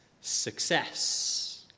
success